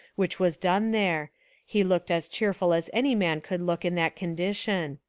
which was done there he looked as cheerful as any man could look in that condition.